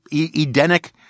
Edenic